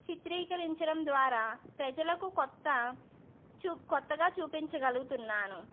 చిత్రీకరించడం ద్వారా ప్రజలకు కొత్త చూ కొత్తగా చూపించగలుగుతున్నాను